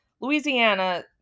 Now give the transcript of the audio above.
Louisiana